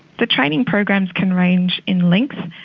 the training programs can range in length.